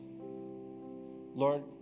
Lord